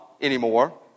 anymore